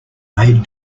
made